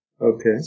Okay